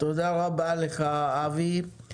תודה רבה לך, אבי.